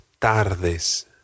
tardes